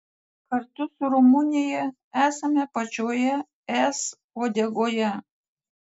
kartu su rumunija esame pačioje es uodegoje